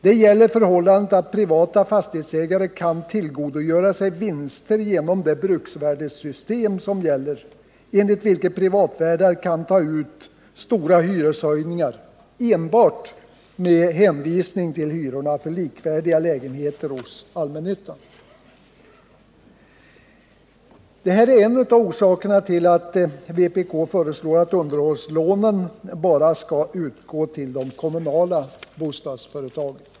Det gäller också det förhållandet att privata fastighetsägare kan tillgodogöra sig vinster genom det bruksvärdessystem som gäller, enligt vilket privatvärdar kan ta ut stora hyreshöjningar enbart med hänvisning till hyrorna för likvärdiga lägenheter hos allmännyttan. Detta är en av orsakerna till att vpk föreslår att underhållslånen bara skall utgå till de kommunala bostadsföretagen.